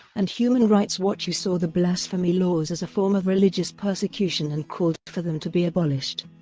and human rights watch who saw the blasphemy laws as a form of religious persecution and called for them to be abolished.